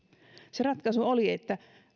se ratkaisu oli että